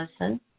listen